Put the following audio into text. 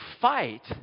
fight